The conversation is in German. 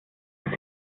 mit